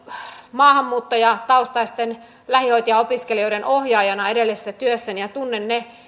maahanmuuttajataustaisten lähihoitajaopiskelijoiden ohjaajana edellisessä työssäni ja tunnen ne